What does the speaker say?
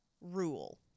Rule